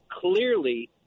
clearly